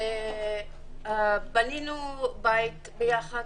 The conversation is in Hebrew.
בנינו בית ביחד,